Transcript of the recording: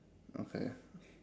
okay